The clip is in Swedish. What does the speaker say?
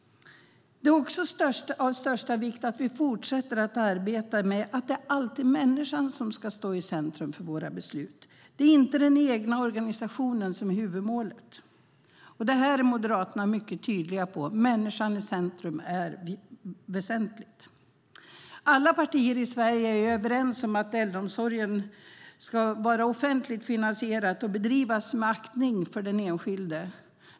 Det är av största vikt att vi fortsätter att arbeta för att det alltid är människan som ska stå i centrum för våra beslut. Det är inte den egna organisationen som är huvudmålet. Det är Moderaterna mycket tydliga med; människan i centrum är det väsentliga. Alla partier i Sverige är överens om att äldreomsorgen ska vara offentligt finansierad och bedrivas med aktning för den enskilde.